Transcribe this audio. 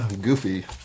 goofy